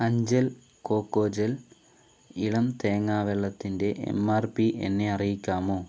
അഞ്ചൽ കൊക്കോജൽ ഇളം തേങ്ങാ വെള്ളത്തിന്റെ എം ആർ പി എന്നെ അറിയിക്കാമോ